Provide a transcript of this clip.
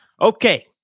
Okay